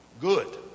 Good